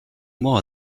more